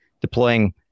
deploying